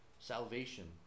Salvation